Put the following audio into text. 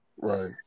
right